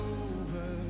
over